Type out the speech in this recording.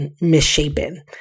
misshapen